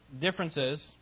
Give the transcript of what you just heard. differences